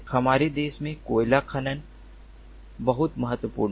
हमारे देश में कोयला खनन बहुत महत्वपूर्ण है